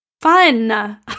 Fun